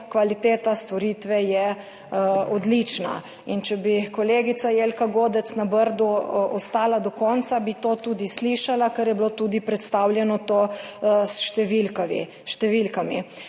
kvaliteta storitve je odlična. Če bi kolegica Jelka Godec na Brdu ostala do konca, bi to tudi slišala, ker je bilo tudi predstavljeno s številkami.